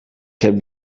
can